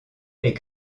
est